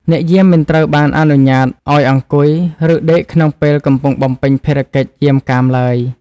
អ្នកយាមមិនត្រូវបានអនុញ្ញាតឱ្យអង្គុយ ឬដេកក្នុងពេលកំពុងបំពេញភារកិច្ចយាមកាមឡើយ។